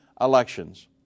elections